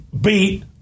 beat